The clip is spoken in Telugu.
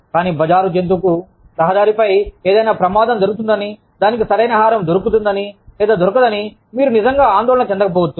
కానీ బజారు జంతువుకు రహదారిపై ఏదైనా ప్రమాదం జరుగుతుందని దానికి సరైన ఆహారము దొరుకుతుందని దొరకదని మీరు నిజంగా ఆందోళన చెందకపోవచ్చు